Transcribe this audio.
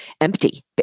empty